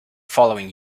following